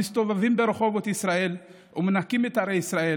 המסתובבים ברחובות ישראל ומנקים את ערי ישראל.